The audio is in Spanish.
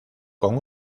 con